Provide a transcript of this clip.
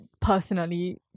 personally